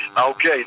okay